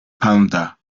panda